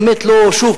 שוב,